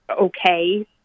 okay